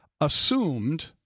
assumed